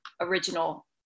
original